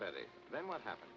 but then what happen